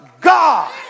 God